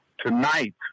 Tonight